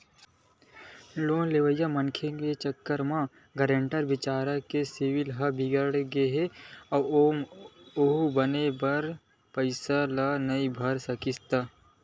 loan लेवइया मनखे के चक्कर म गारेंटर बिचारा के सिविल ह बिगड़गे हे ओहा बने बेरा म पइसा ल नइ भर सकिस त